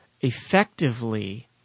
effectively